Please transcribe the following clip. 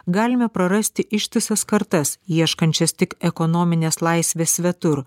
galime prarasti ištisas kartas ieškančias tik ekonominės laisvės svetur